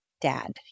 dad